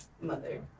mother